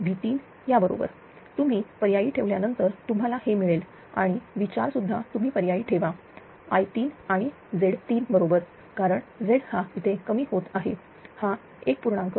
V3 या बरोबर तुम्ही पर्यायी ठेवल्यानंतर तुम्हाला हे मिळेल आणि V4 सुद्धा तुम्ही पर्यायी ठेवा I3 आणि Z3 बरोबर कारण Z हा इथे कमी होत आहे हा 1